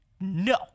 No